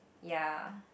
ya